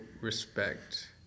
respect